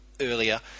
earlier